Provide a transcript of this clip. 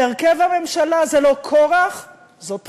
והרכב הממשלה זה לא כורח, זאת בחירה.